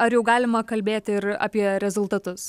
ar jau galima kalbėti ir apie rezultatus